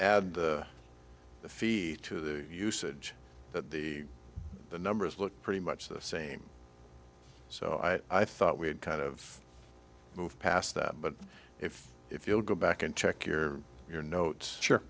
add the fee to the usage that the the numbers look pretty much the same so i thought we had kind of moved past that but if if you'll go back and check your your notes